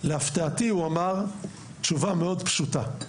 להפתעתי הרבה קיבלתי תשובה פשוטה מאוד,